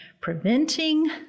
preventing